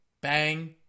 Bang